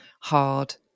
hard